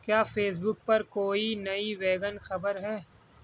کیا Facebook پر کوئی نئی ویگن خبر ہے